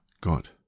God